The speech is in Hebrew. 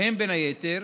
שבהם, בין היתר